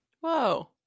Whoa